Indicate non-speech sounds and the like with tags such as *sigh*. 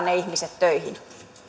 *unintelligible* ne ihmiset töihin